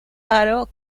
haro